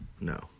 No